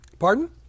Pardon